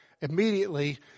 immediately